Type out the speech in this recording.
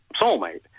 soulmate